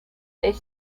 est